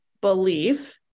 belief